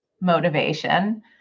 motivation